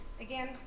again